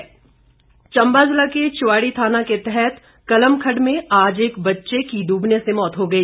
मौत चंबा जिला के चुवाड़ी थाना के तहत कलम खड्ड में आज एक बच्चे के ड्रबने से मौत हो गई